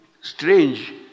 strange